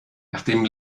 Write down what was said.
nachdem